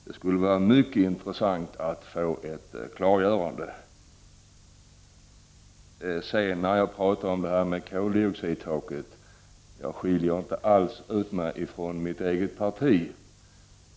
Det skulle vara mycket intressant att få ett klargörande. När det gäller koldioxidtaket skiljer jag inte ut mig från mitt eget parti.